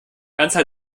anzahl